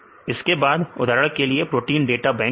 इसके बाद उदाहरण के लिए प्रोटीन डाटा बैंक फाइल